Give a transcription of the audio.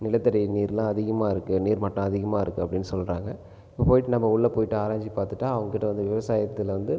நிலத்தடி நீர்லாம் அதிகமாக இருக்குது நீர்மட்டம் அதிகமாக இருக்குது அப்படின்னு சொல்கிறாங்க இப்போ போயிட்டு நம்ம உள்ளே போயிட்டு ஆரஞ்சு பார்த்துட்டா அவங்க கிட்டே வந்து விவசாயத்தில் வந்து